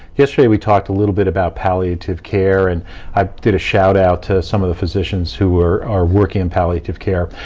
yesterday we talked a little bit about palliative care. and i did a shout out to some of the physicians who are are working in palliative care.